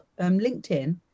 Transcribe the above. LinkedIn